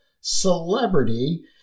celebrity